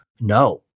no